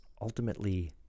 ultimately